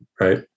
right